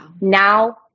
now